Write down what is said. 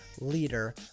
leader